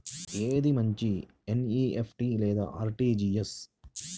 ఏది మంచి ఎన్.ఈ.ఎఫ్.టీ లేదా అర్.టీ.జీ.ఎస్?